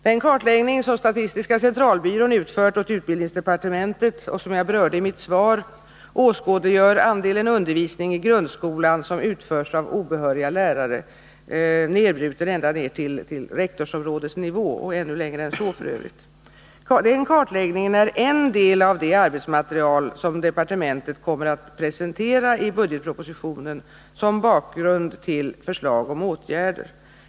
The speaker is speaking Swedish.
Den kartläggning som statistiska centralbyrån har utfört åt utbildningsdepartementet och som jag berör i mitt svar, åskådliggör vilken andel av undervisningen i grundskolan som utförs av obehöriga lärare. Redovisningen är nedbruten ända till rektorsområdesnivå och ibland ännu längre än så. Den kartläggningen är en del av det arbetsmaterial som departementet kommer att presentera i budgetpropositionen som bakgrund till förslag om åtgärder.